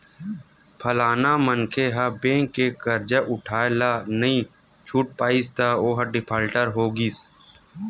फलाना मनखे ह बेंक के करजा उठाय ल नइ छूट पाइस त ओहा डिफाल्टर हो गिस